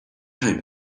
time